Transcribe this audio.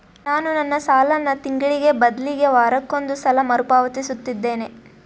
ನಾನು ನನ್ನ ಸಾಲನ ತಿಂಗಳಿಗೆ ಬದಲಿಗೆ ವಾರಕ್ಕೊಂದು ಸಲ ಮರುಪಾವತಿಸುತ್ತಿದ್ದೇನೆ